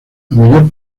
mayor